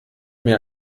mir